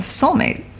soulmate